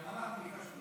גם אנחנו נפגשנו,